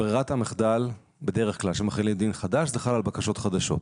ברירת המחדל בדרך כלל כשמחילים דין חדש זה חל על בקשות חדשות,